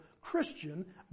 christian